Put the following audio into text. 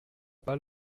pas